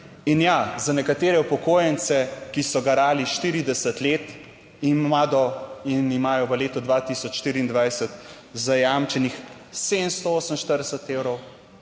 In ja, za nekatere upokojence, ki so garali 40 let in imajo v letu 2024 zajamčenih 748 evrov,